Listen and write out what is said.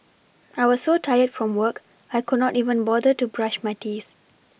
I was so tired from work I could not even bother to brush my teeth